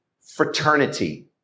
fraternity